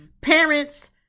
parents